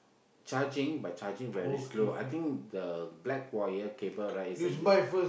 charging but charging very slow I think the black wire cable right it's a